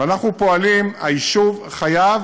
ואנחנו פועלים, היישוב חייב